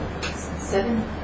Seven